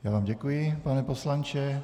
Já vám děkuji, pane poslanče.